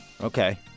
Okay